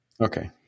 Okay